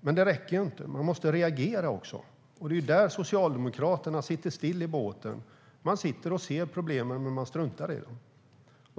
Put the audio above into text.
men det räcker inte, utan man måste reagera också. Men Socialdemokraterna sitter still i båten. Man ser problemen men struntar i dem.